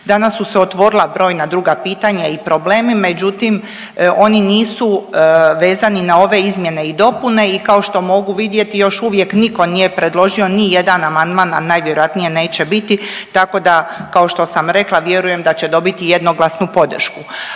Danas su se otvorila brojna druga pitanja i problemi, međutim oni nisu vezani na ove izmjene i dopune i kao što mogu vidjeti još uvijek nitko nije predložio nijedan amandman, a najvjerojatnije neće biti tako da kao što sam rekla vjerujem da će dobiti jednoglasnu podršku.